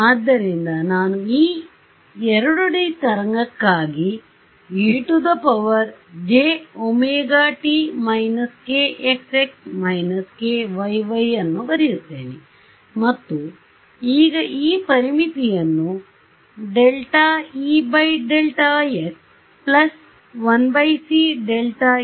ಆದ್ದರಿಂದ ನಾನು ಈ 2D ತರಂಗಕ್ಕಾಗಿ ejωt−kxx−kyy ಅನ್ನು ಬರೆಯುತ್ತೇನೆ ಮತ್ತು ಈಗ ಈ ಪರಿಮಿತಿಯನ್ನು ∂E∂x 1c